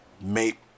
mate